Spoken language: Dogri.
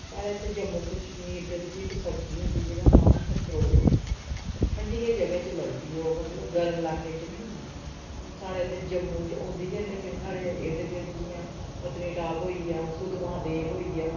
साढ़ै इत्थै जम्मू कश्मीर दे बिच्च इक सब्ज़ी होंदी जेह्दा नांऽ ऐ कसरोड ठंडियें जगह् च लगदी ओह् मतलब गर्म लाकेंं च नी होंदी हून साढ़ै इत्थै जम्मू च होंदी लेकिन साढ़ै इर्द गिर्द जियां पत्नीटाप होई गेआ सुद्ध महादेव होई गेआ